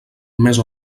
més